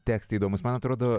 tekstai įdomūs man atrodo